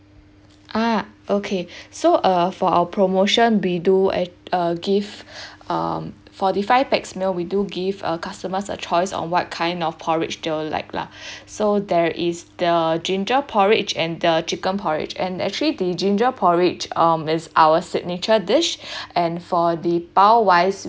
ah okay so uh for our promotion we do uh uh give um for the five pax meal we do give our customers a choice on what kind of porridge they will like lah so there is the ginger porridge and the chicken porridge and actually the ginger porridge um is our signature dish and for the bao wise